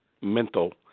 mental